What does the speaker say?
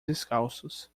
descalços